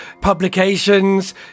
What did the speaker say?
publications